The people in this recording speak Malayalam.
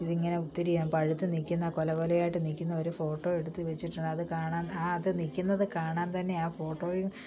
ഇതിങ്ങനെ ഒത്തിരി പഴുത്ത് നിൽക്കുന്ന കുല കുലയായിട്ട് നിൽക്കുന്ന ഒരു ഫോട്ടോ എടുത്ത് വച്ചിട്ടുണ്ട് അതു കാണാൻ ആ അത് നിൽക്കുന്നത് കാണാൻ തന്നെ ആ ഫോട്ടോയും